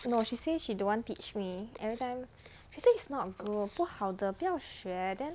no she say she don't want teach me everytime she say is not good 不好的不要学 then